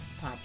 Podcast